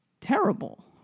terrible